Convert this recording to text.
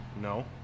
No